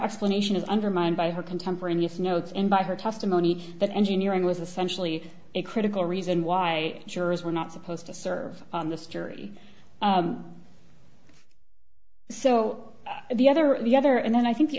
explanation is undermined by her contemporaneous notes and by her testimony that engineering was essentially a critical reason why jurors were not supposed to serve on this jury so the other the other and then i think the